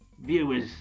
viewers